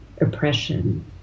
oppression